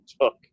took